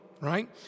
right